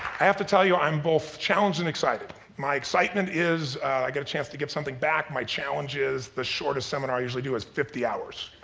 have to tell you i'm both challenged and excited. my excitement is i get a chance to give something back. my challenge is the shortest seminar i usually do is fifty hours.